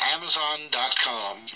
Amazon.com